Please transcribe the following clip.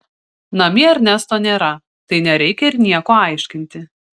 namie ernesto nėra tai nereikia ir nieko aiškinti